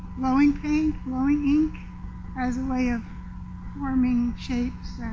blowing paint, blowing ink as a way of forming shapes